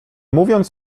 mówiąc